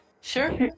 Sure